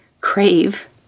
crave